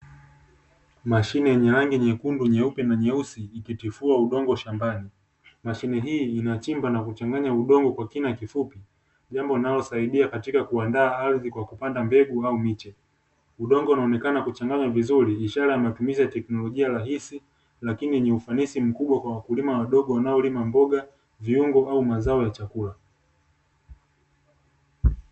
Mashine yenye rangi nyekundu, nyeupe na nyeusi ikitifua udongo shambani. Mashine hii inachimba na kuchanganya udongo kwa kina kifupi, jambo linalosaidia katika kuandaa ardhi kwa kupanda mbegu au miche. Udongo unaonekana kuchanganywa vizuri ishara ya matumizi ya teknolojia rahisi, lakini yenye ufanisi mkubwa kwa wakulima wadogo wanaolima mboga, viungo au mazao ya chakula.